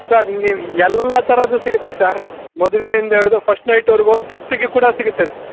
sir ನೀವು ಎಲ್ಲ ಥರದ್ದು ಸಿಗುತ್ತೆ ಸರ್ ಮದುವೆಯಿಂದ ಹಿಡಿದು ಫಸ್ಟ್ ನೈಟ್ವರೆಗೂ ಡೆತ್ತಿಗೆ ಕೂಡ ಸಿಗುತ್ತೆ ಸರ್